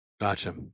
Gotcha